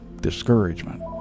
discouragement